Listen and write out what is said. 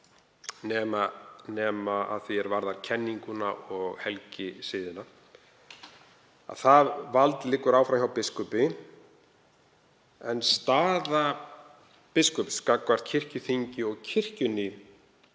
nema að því er varðar kenninguna og helgisiðina. Það vald liggur áfram hjá biskupi en staða biskups gagnvart kirkjuþingi og kirkjunni